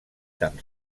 tan